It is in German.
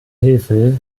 hilfe